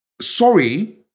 sorry